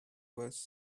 was